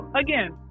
again